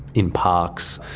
in parks,